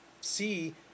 see